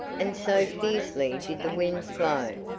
and so fiercely did the winds blow,